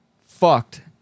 Fucked